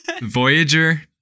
Voyager